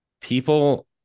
people